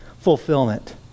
fulfillment